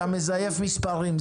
אתה מזייף מספרים.